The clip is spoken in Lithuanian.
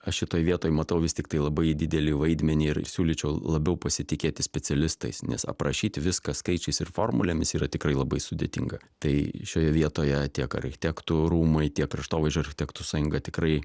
aš šitoj vietoj matau vis tiktai labai didelį vaidmenį ir siūlyčiau labiau pasitikėti specialistais nes aprašyti viską skaičiais ir formulėmis yra tikrai labai sudėtinga tai šioje vietoje tiek architektų rūmai tiek kraštovaizdžio architektų sąjunga tikrai